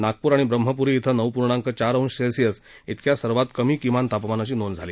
नागपूर आणि ब्रह्मपूरी इथं नऊ पूर्णांक चार अंश सेल्सिअस इतक्या सर्वात कमी किमान तापमानाची नोंद झाली